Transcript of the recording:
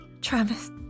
Travis